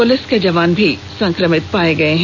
police के जवान भी संक्रमित हो गए हैं